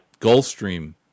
Gulfstream